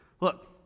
Look